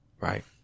right